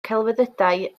celfyddydau